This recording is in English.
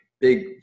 big